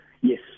Yes